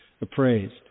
appraised